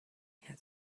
had